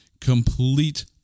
complete